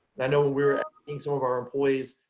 i know when we were meeting some of our employees,